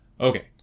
Okay